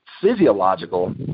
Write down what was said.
physiological